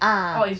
ah